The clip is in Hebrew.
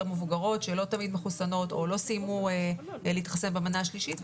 מבוגרות שלא תמיד מחוסנות או לא סיימו להתחסן במנה השלישית,